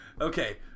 Okay